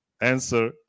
answer